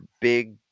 big